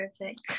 Perfect